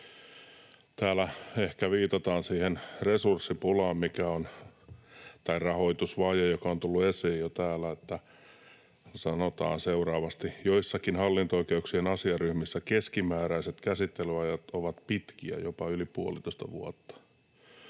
Ehkä viitataan siihen resurssipulaan tai rahoitusvajeeseen, joka on tullut esiin jo täällä, kun sanotaan seuraavasti: ”Joissakin hallinto-oikeuksien asiaryhmissä keskimääräiset käsittelyajat ovat pitkiä, jopa yli puolitoista vuotta.”